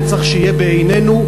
וצריך שיהיה בעינינו,